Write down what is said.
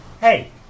Hey